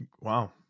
Wow